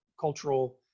cultural